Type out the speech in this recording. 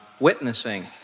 witnessing